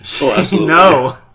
no